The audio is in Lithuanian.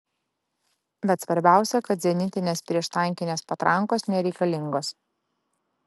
bet svarbiausia kad zenitinės prieštankinės patrankos nereikalingos